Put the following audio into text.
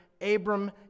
Abram